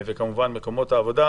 וכמובן, מקומות העבודה.